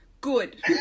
Good